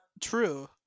true